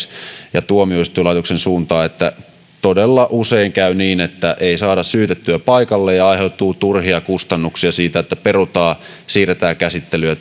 ja tuomioistuinlaitoksen suuntaan että todella usein käy niin että ei saada syytettyä paikalle ja aiheutuu turhia kustannuksia siitä että perutaan ja siirretään käsittelyjä